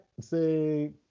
say